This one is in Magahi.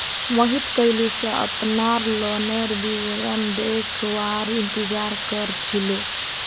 मोहित कइल स अपनार लोनेर विवरण देखवार इंतजार कर छिले